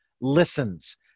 listens